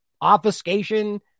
obfuscation